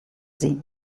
sie